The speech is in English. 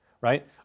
right